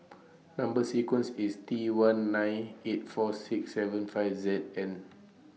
Number sequence IS T one nine eight four six seven five Z and